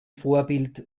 vorbild